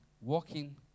walking